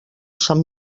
sant